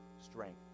strength